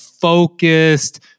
focused